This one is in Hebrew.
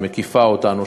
שמקיפה אותנו,